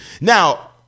Now